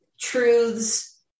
truths